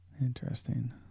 Interesting